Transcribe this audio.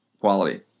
quality